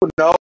no